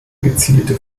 gezielte